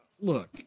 look